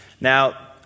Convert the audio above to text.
Now